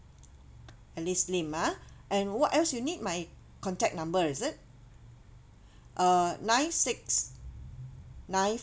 alice lim ah and what else you need my contact number is it uh nine six nine